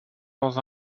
dans